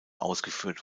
ausgeführt